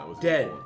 dead